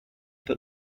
that